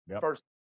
first